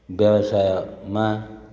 व्यवसायमा